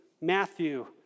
Matthew